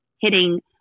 hitting